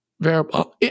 variable